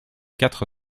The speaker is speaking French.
quatre